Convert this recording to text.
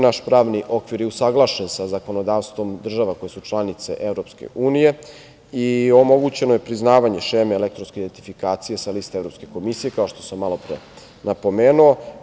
Naš pravni okvir je usaglašen sa zakonodavstvom država koje su članice EU i omogućeno je priznavanje šeme elektronske identifikacije sa liste Evropske komisije, kao što sam malopre napomenuo.